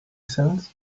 cents